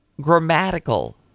grammatical